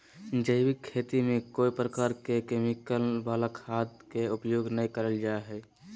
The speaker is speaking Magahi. जैविक खेती में कोय प्रकार के केमिकल वला खाद के उपयोग नै करल जा हई